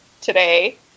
today